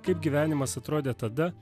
kaip gyvenimas atrodė tada